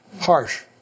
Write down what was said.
harsh